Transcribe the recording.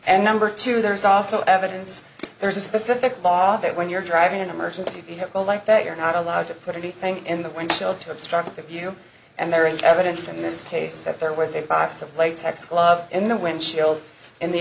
and number two there is also evidence there's a specific bar that when you're driving an emergency vehicle like that you're not allowed to put anything in the windshield to obstruct the view and there is evidence in this case that there was a box of latex glove in the windshield in the